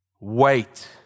Wait